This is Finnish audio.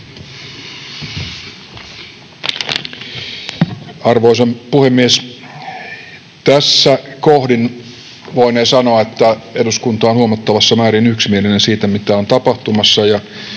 Arvoisa puhemies! Tässä kohdin voinee sanoa, että eduskunta on huomattavassa määrin yksimielinen siitä, mitä on tapahtumassa